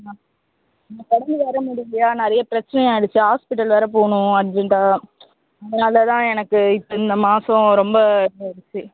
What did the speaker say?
ஆ எனக்கு உடம்பு வேறு முடியலையா நிறைய பிரச்சனை ஆகிடுச்சி ஹாஸ்பிட்டல் வேறு போகணும் அர்ஜெண்ட்டாக அதனால் தான் எனக்கு இப்போ இந்த மாதம் ரொம்ப இதாகிடுச்சி